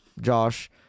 Josh